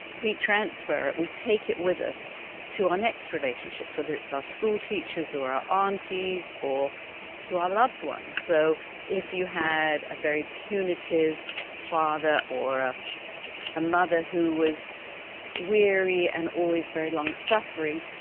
we transfer it, we take it with us to our next relationships, whether it's our school teachers or our ah aunties or to our loved ones. so if you had a very punitive father or ah a mother who was weary and always very long-suffering,